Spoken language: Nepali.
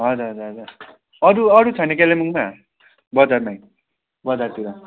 हजुर हजुर हजुर अरू अरू छैन कालिम्पोङमा बजारैमै बजारतिर